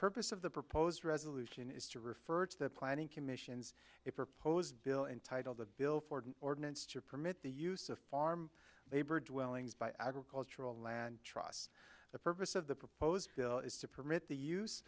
purpose of the proposed resolution is to refer to the planning commission's a proposed bill entitled the bill for an ordinance to permit the use of farm labor dwellings by agricultural land trusts the purpose of the proposed bill is to permit the use